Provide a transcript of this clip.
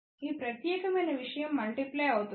ఈ ప్రత్యేకమైన విషయం ముల్టీప్లై అవుతుంది